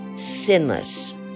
sinless